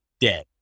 dead